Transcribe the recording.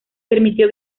permitió